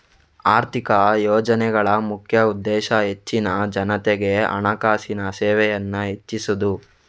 ಆರ್ಥಿಕ ಯೋಜನೆಗಳ ಮುಖ್ಯ ಉದ್ದೇಶ ಹೆಚ್ಚಿನ ಜನತೆಗೆ ಹಣಕಾಸಿನ ಸೇವೆಯನ್ನ ಹೆಚ್ಚಿಸುದು